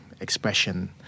expression